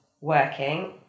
working